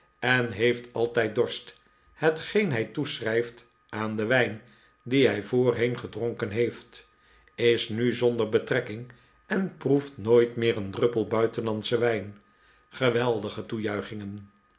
en heeft altijd dorst hetgeen hij toeschrijft aan den wijn dien hij voorheen gedronken heeft is nu zonder betrekking en proeft nooit meer een druppel buitenlandsche wijn